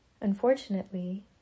unfortunately